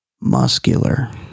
muscular